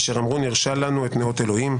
אשר אמרו, נירשה לנו-- את, נאות אלוהים.